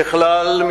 ככלל,